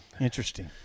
Interesting